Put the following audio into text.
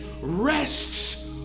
rests